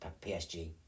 PSG